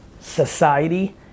society